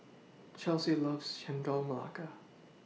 Chelsie loves Chendol Melaka